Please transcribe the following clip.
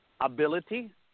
ability